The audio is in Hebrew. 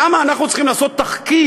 למה אנחנו צריכים לעשות תחקיר,